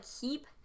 keep